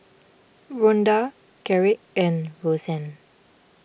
Ronda Garrick and Rozanne